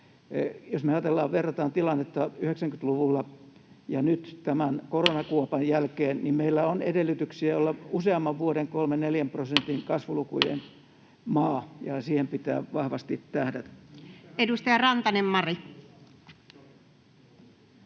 verrataan tilannetta 90-luvulla ja nyt tämän koronakuopan jälkeen, niin meillä on edellytyksiä olla useamman vuoden 3 tai 4 prosentin kasvulukujen maa, ja siihen pitää vahvasti tähdätä. Edustaja Rantanen, Mari.